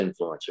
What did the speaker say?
Influencers